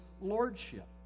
lordship